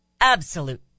absolute